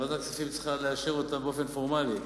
ועדת הכספים צריכה לאשר באופן פורמלי,